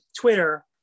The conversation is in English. twitter